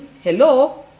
Hello